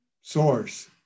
source